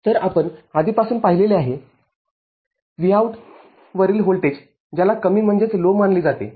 तरआपण आधीपासूनच पाहिलेले आहे VOLआउटपुटवरील व्होल्टेज ज्याला कमी मानले जाते